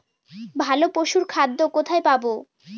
ভালো পশুর খাদ্য কোথায় পাবো?